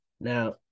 Now